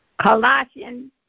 Colossians